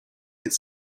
its